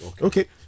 Okay